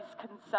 concerns